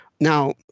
Now